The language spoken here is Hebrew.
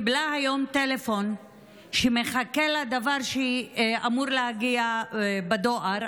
קיבלה היום טלפון שמחכה לה דבר שאמור להגיע בדואר,